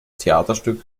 theaterstück